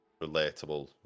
relatable